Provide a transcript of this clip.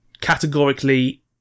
categorically